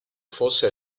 fosse